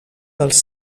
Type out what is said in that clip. dels